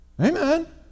Amen